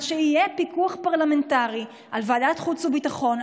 שיהיה פיקוח פרלמנטרי של ועדת חוץ וביטחון,